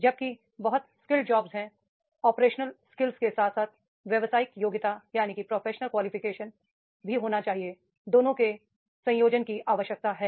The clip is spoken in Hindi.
जबकि बहुत स्किल्ड जॉब है ऑपरेशनल स्किल्स के साथ व्यावसायिक योग्यता दोनों के संयोजन की आवश्यकता है